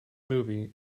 movie